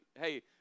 Hey